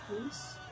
please